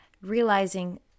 realizing